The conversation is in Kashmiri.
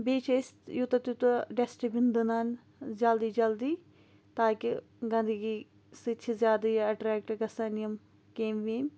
بییٚہِ چھِ أسۍ یوٗتاہ تیٚوتاہ ڈسٹبِن دٕنان جَلدی جَلدی تاکہِ گَندٕگی سۭتۍ چھِ زیادٕ یہِ اَٹریٚکٹ گَژھان یِم کیٚمۍ ویٚمۍ